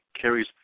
carries